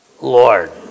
Lord